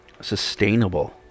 sustainable